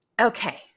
Okay